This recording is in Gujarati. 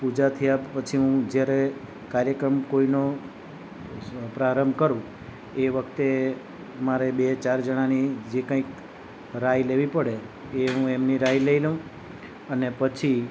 પૂજા થ્યા પછી હું જ્યારે કાર્યક્રમ કોઈનો પ્રારંભ કરું એ વખતે મારે બે ચાર જણાની જે કંઈક રાય લેવી પડે એ હું એમની રાય લઈ લઉં અને પછી